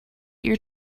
your